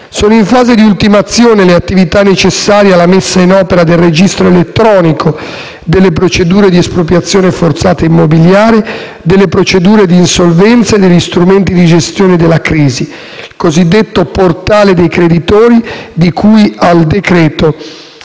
Sono in fase di ultimazione le attività necessarie alla messa in opera del registro elettronico delle procedure di espropriazione forzata immobiliare, delle procedure di insolvenza e degli strumenti di gestione della crisi (cosiddetto portale dei creditori, di cui al decreto-legge